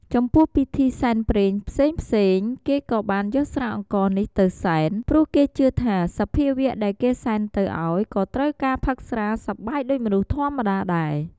ចំពោះពិធី សែនព្រេនផ្សេងៗគេក៏បានយកស្រាអង្ករនេះទៅសែន ព្រោះគេជឿថាសភាវៈដែលគេសែនទៅឲ្យក៏ត្រូវការផឹកស្រាសប្បាយដូចមនុស្សធម្មតាដែរ។